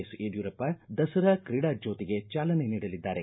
S Yediyurappa Dasara ಕ್ರೀಡಾ ಜ್ಕೋತಿಗೆ ಚಾಲನೆ ನೀಡಲಿದ್ದಾರೆ